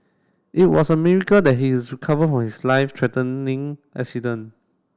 it was a miracle that he is recovered from his life threatening accident